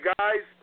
guys